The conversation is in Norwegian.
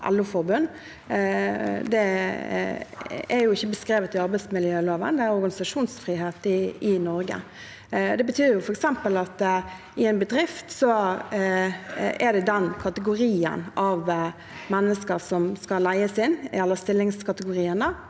Det er ikke beskrevet i arbeidsmiljøloven; det er organisasjonsfrihet i Norge. Det betyr f.eks. at i en bedrift er det kategorien av mennesker som skal leies inn, stillingskategorien,